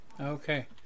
Okay